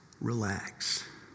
Relax